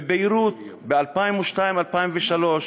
בביירות ב-2002 2003,